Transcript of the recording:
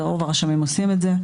ורוב הרשמים עושים את זה,